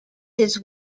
his